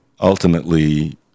ultimately